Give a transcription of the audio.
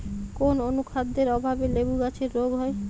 কোন অনুখাদ্যের অভাবে লেবু গাছের রোগ হয়?